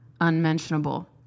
unmentionable